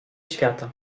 świata